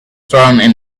swirling